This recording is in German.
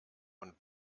und